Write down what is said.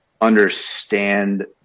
understand